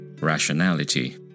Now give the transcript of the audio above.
rationality